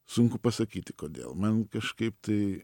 sunku pasakyti kodėl man kažkaip tai